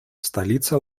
столица